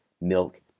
milk